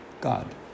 God